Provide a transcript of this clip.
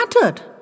mattered